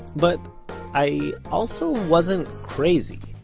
but i also wasn't crazy.